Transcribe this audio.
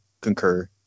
concur